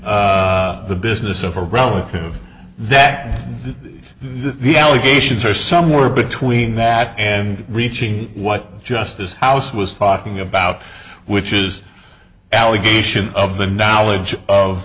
the business of a relative that the allegations are somewhere between that and reaching what justice house was talking about which is allegation of the knowledge of